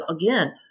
again